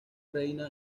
reina